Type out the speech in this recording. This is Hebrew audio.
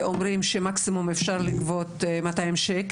ואומרים שמקסימום אפשר לגבות 200 ש"ח